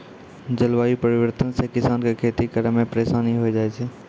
जलवायु परिवर्तन से किसान के खेती करै मे परिसानी होय जाय छै